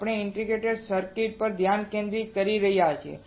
આપણે integrated circuit પર ધ્યાન કેન્દ્રિત કરી રહ્યા છીએ